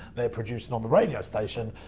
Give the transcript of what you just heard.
they're producing on the radio station,